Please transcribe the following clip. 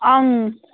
ꯑꯪ